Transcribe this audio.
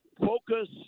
focus